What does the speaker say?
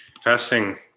Fasting